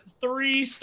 three